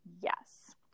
yes